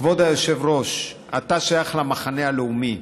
כבוד היושב-ראש, אתה שייך למחנה הלאומי.